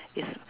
is